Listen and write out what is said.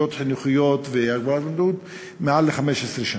ובתוכניות חינוכיות מעל 15 שנה.